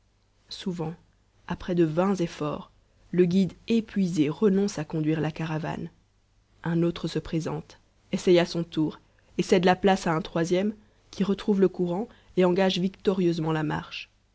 souvent après de vains efforts le guide épuisé renonce à conduire la caravane un autre se présente essaie à son tour et cède la place à un troisième qui retrouve le courant et engage victorieusement la marche